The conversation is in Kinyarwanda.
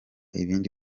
ibindi